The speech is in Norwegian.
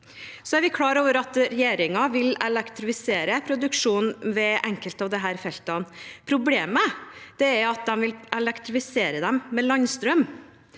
Vi er klar over at regjeringen vil elektrifisere produksjonen ved enkelte av disse feltene. Problemet er at de vil elektrifisere dem med landstrøm.